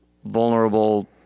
vulnerable